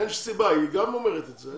גם היא אומרת את זה.